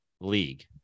league